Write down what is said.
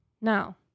Now